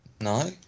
No